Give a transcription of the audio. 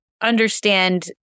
understand